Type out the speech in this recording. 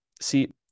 see